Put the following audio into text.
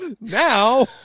Now